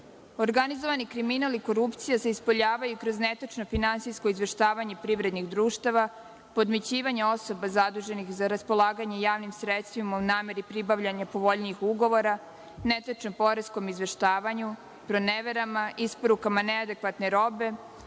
predmeta. Organizovani kriminal i korupcija se ispoljavaju kroz netačno finansijsko izveštavanje privrednih društava, podmećivanje osoba zaduženih za raspolaganje javnim sredstvima u nameri pribavljanja povoljnijih ugovora, netačnom poreskom izveštavanju, proneverama i isporukama neadekvatne robe,